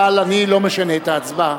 אבל אני לא משנה את ההצבעה.